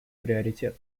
приоритет